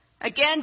Again